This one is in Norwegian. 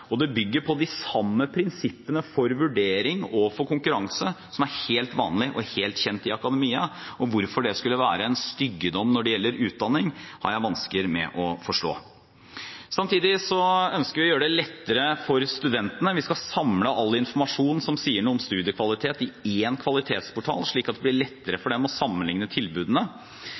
breddeutdanningene. Det bygger på de samme prinsippene for vurdering og for konkurranse som er helt vanlig og vel kjent i akademia, og hvorfor det skulle være en styggedom når det gjelder utdanning, har jeg vansker med å forstå. Samtidig ønsker vi å gjøre det lettere for studentene. Vi skal samle all informasjon som sier noe om studiekvalitet, i én kvalitetsportal, slik at det blir lettere for dem å sammenligne tilbudene.